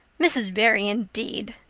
mrs. barry indeed!